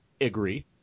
Agree